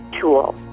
tool